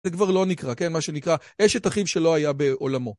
זה כבר לא נקרא, כן? מה שנקרא אשת אחיו שלא היה בעולמו.